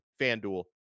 Fanduel